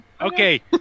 Okay